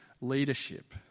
leadership